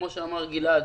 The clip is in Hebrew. כמו שאמר גלעד,